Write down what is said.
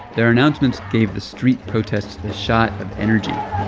their announcements gave the street protests a shot of energy